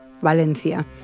Valencia